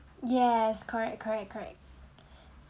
yes correct correct correct